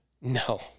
No